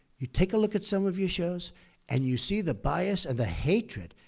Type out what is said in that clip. you take a look at some of your shows and you see the bias and the hatred.